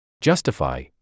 justify